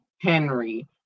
Henry